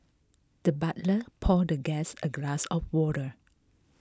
the butler poured the guest a glass of water